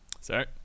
sorry